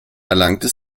erlangte